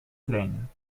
trainen